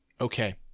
okay